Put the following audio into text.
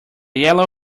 yellow